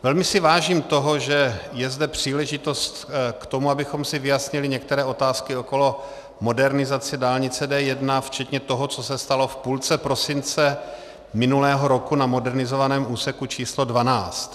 Velmi si vážím toho, že je zde příležitost k tomu, abychom si vyjasnili některé otázky okolo modernizace dálnice D1 včetně toho, co se stalo v půlce prosince minulého roku na modernizovaném úseku číslo 12.